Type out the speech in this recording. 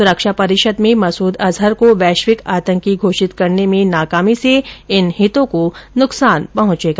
सुरक्षा परिषद में मसूद अजहर को वैश्विक आतंकी घोषित करने में नाकामी से इन हितों को नुकसान पहुंचेगा